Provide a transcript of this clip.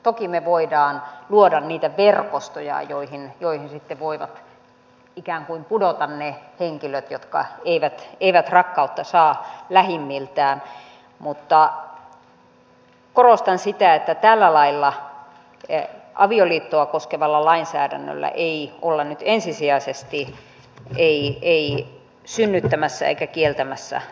toki me voimme luoda niitä verkostoja joihin sitten voivat ikään kuin pudota ne henkilöt jotka eivät rakkautta saa lähimmiltään mutta korostan sitä että tällä lailla avioliittoa koskevalla lainsäädännöllä ei olla nyt ensisijaisesti ei synnyttämässä eikä kieltämässä rakkautta